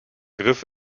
griff